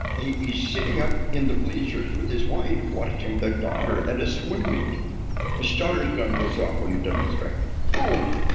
he's sitting up in the bleachers with his wife watching their daughter at a swim meet. the starter's gun goes off when he doesn't expect it. boom.